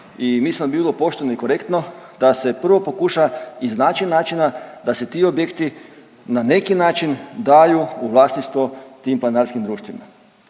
i mislim da bi bilo pošteno i korektno da se prvo pokuša iznaći načina da se ti objekti na neki način daju u vlasništvo tim planinarskim društvima.